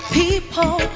people